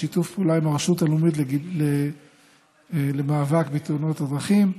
בשיתוף פעולה עם הרשות הלאומית למאבק בתאונות הדרכים,